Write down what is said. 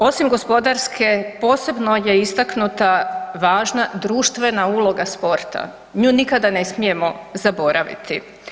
Osim gospodarske posebno je istaknuta važna društvena uloga sporta, nju nikada ne smijemo zaboraviti.